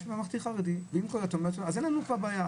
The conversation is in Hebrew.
יש ממלכתי-חרדי, אז אין לנו כבר בעיה.